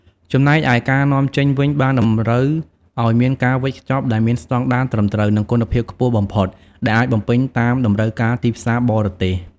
ចំណែកឯការនាំចេញវិញបានតម្រូវឲ្យមានការវេចខ្ចប់ដែលមានស្តង់ដារត្រឹមត្រូវ និងគុណភាពខ្ពស់បំផុតដែលអាចបំពេញតាមតម្រូវការទីផ្សារបរទេស។